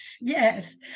yes